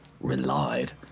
relied